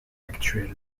actuels